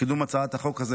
בקידום הצעת החוק הזאת.